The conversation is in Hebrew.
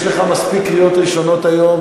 יש לך מספיק קריאות ראשונות היום,